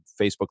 Facebook